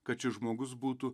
kad šis žmogus būtų